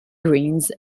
greens